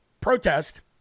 protest